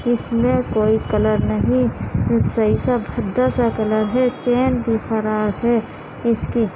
اس میں کوئی کلر نہیں پیچھے ایسا بھدا سا کلر ہے چین بھی خراب ہے اس کی